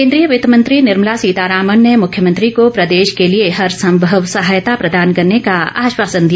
केन्द्रीय वित्त मेंत्री निर्मला सीतारमण ने मुख्यमंत्री को प्रदेश के लिए हर सम्भव सहायता प्रदान करने का आश्वासन दिया